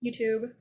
YouTube